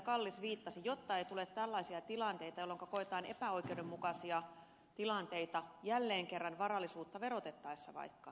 kallis viittasi jotta ei tule tällaisia tilanteita jolloinka koetaan epäoikeudenmukaisia tilanteita jälleen kerran varallisuutta verotettaessa vaikka